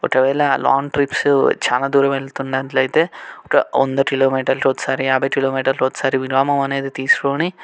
ఒకవేళ long trips చాలా దూరం వెళుతున్నట్లైతే ఒక వంద కిలోమీటర్లకి ఒకసారి యాభై కిలోమీటర్లకి ఒకసారి విరామం అనేది తీసుకొని